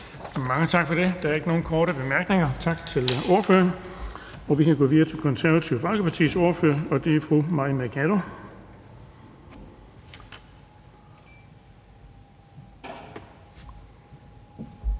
Mange tak for det. Der er ikke nogen korte bemærkninger. Tak til ordføreren. Vi kan gå videre til Radikale Venstres ordfører, og det er fru Zenia